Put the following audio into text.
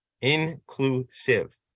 inclusive